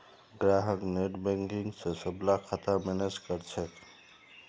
ग्राहक नेटबैंकिंग स सबला खाता मैनेज कर छेक